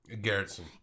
Garretson